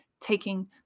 taking